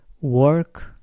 work